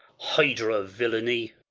hydra of villainy!